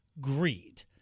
greed